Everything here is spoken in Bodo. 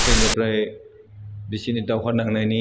बेनिफ्राइ बिसिनि दावहा नांनायनि